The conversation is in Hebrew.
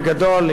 בגדול,